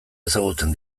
ezagutzen